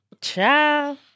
Ciao